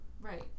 right